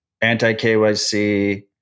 anti-KYC